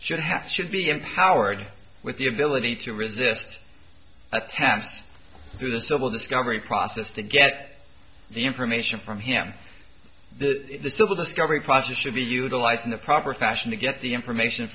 should have should be empowered with the ability to resist attempts through the civil discovery process to get the information from him the civil discovery process should be utilized in the proper fashion to get the information